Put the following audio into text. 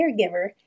caregiver